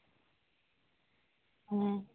ᱦᱮᱸ